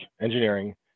Engineering